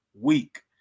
week